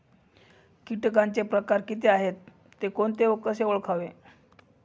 किटकांचे प्रकार किती आहेत, ते कोणते व कसे ओळखावे?